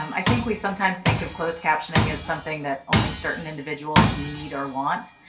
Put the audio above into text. um i think we sometimes think of closed captioning as something that only certain individuals need or want.